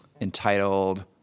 entitled